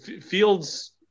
Fields